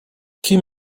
kim